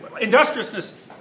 industriousness